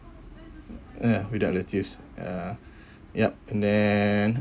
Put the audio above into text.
ah without lettuce uh yup and then